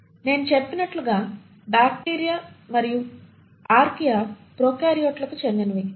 నేను చెప్పినట్లుగా బ్యాక్టీరియా మరియు ఆర్కియా ప్రొకార్యోట్లకు చెందినవి అవునా